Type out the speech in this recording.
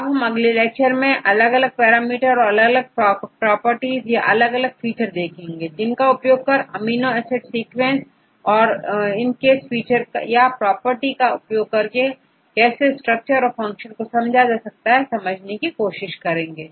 अगले लेक्चर में हम अलग पैरामीटर या अलग प्रॉपर्टीज या अलग फीचर देखेंगे जिनका उपयोग कर अमीनो एसिड सीक्वेंस और इन केस फीचर या प्रॉपर्टी का उपयोग कर कैसे स्ट्रक्चर और फंक्शन को समझा जा सकता है समझेंगे